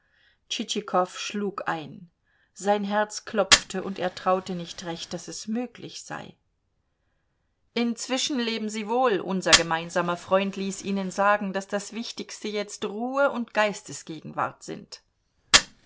schlug ein sein herz klopfte und er traute nicht recht daß es möglich sei inzwischen leben sie wohl unser gemeinsamer freund ließ ihnen sagen daß das wichtigste jetzt ruhe und geistesgegenwart sind